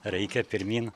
reikia pirmyn